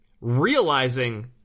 realizing